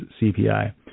CPI